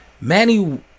Manny